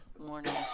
morning